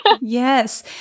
Yes